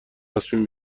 تصمیم